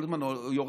כל הזמן הוא יורד,